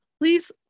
please